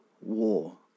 war